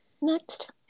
next